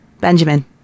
Benjamin